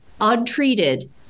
untreated